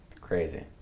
Crazy